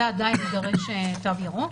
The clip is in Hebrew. זה עדיין דורש תו ירוק,